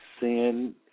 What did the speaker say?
sin